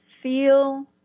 feel